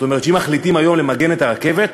זאת אומרת, אם מחליטים היום למגן את הרכבת,